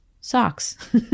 socks